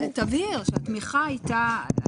תבהיר שהתמיכה הייתה.